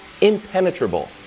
impenetrable